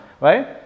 right